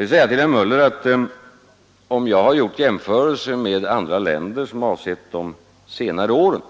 Till herr Möller vill jag säga att om jag har gjort jämförelser med andra länder avseende de senare åren,